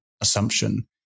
assumption